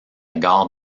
gare